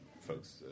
folks